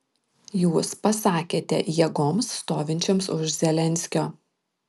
jūs pasakėte jėgoms stovinčioms už zelenskio